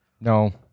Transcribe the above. No